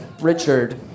Richard